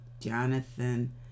Jonathan